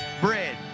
bread